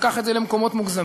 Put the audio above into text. לקח את זה למקומות מוגזמים,